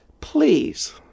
please